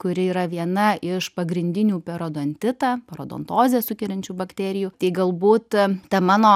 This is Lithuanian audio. kuri yra viena iš pagrindinių perodontitą parodontozę sukeliančių bakterijų tai galbūt ta mano